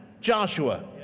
Joshua